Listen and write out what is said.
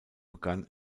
begann